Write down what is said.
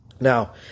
Now